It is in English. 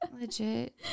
legit